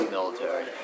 military